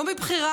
/ לא מבחירה,